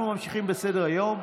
אנחנו ממשיכים בסדר-היום,